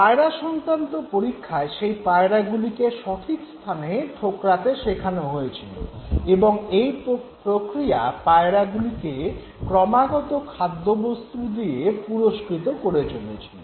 পায়রা সংক্রান্ত পরীক্ষায় সেই পায়রাগুলিকে সঠিক স্থানে ঠোকরাতে শেখানো হয়েছিল এবং এই প্রক্রিয়া পায়রাগুলিকে ক্রমাগত খাদ্যবস্তু দিয়ে পুরস্কৃত করে চলেছিল